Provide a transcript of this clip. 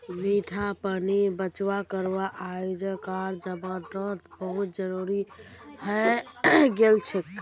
मीठा पानीर बचाव करवा अइजकार जमानात बहुत जरूरी हैं गेलछेक